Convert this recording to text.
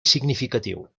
significatiu